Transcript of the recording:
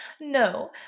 No